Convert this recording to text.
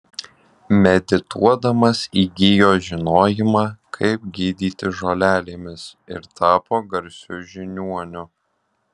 medituodamas įgijo žinojimą kaip gydyti žolelėmis ir tapo garsiu žiniuoniu